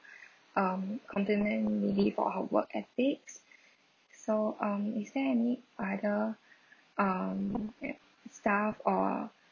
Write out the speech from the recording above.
um compliment maybe for her work ethics so um is there any other um staff or